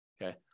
Okay